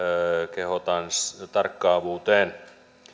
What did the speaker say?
kehotan tarkkaavuuteen